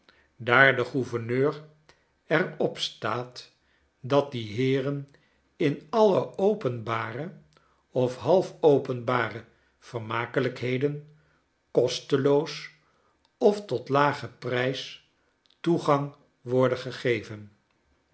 daar de gouverneur er op staat datdieheeren in alle openbare of half openbare vermakelijkheden kosteloos of tot lagen prijs toegang worde gegeven